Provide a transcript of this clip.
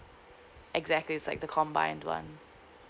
exactly it's like the combined one